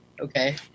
Okay